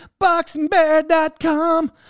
BoxingBear.com